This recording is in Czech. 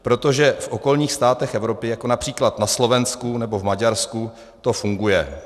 Protože v okolních státech Evropy, jako například na Slovensku nebo v Maďarsku, to funguje.